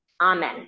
Amen